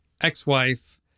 ex-wife